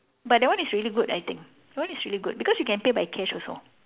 but that one is really good I think that one is really good because you can pay by cash also